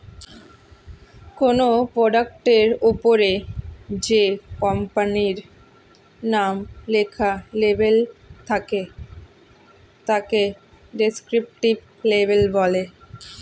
কোনো প্রোডাক্টের ওপরে যে কোম্পানির নাম লেখা লেবেল থাকে তাকে ডেসক্রিপটিভ লেবেল বলে